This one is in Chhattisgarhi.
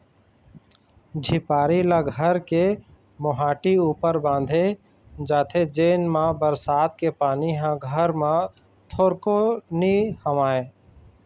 झिपारी ल घर के मोहाटी ऊपर बांधे जाथे जेन मा बरसात के पानी ह घर म थोरको नी हमाय